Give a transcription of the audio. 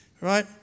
right